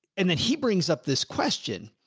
and then he brings up this question.